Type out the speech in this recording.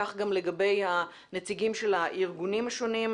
כך גם לגבי הנציגים של הארגונים השונים.